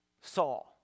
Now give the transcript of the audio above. Saul